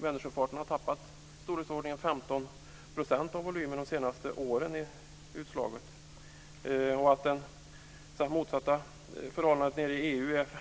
Värnersjöfarten har tappat 15 % av volymen de senaste åren. I EU är förhållandet det motsatta; den inre sjöfarten har ökat